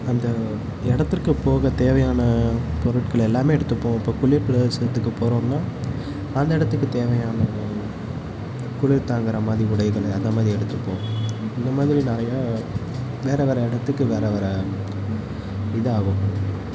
அந்த இடத்துக்கு போக தேவையான பொருட்கள் எல்லாமே எடுத்துகிட்டு போவோம் இப்போ குளிர் பிரதேசத்துக்கு போகறோம்னா அந்த இடத்துக்கு தேவையான குளிர் தாங்கற மாதிரி உடைகள் அந்த மாதிரி எடுத்துப்போம் இந்த மாதிரி நான் என் வேறு வேறு எடத்துக்கு வேறு வேறு இதாவோம்